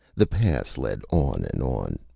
the pass led on and on.